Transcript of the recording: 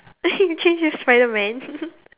you should change to Spiderman